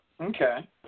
Okay